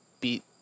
beat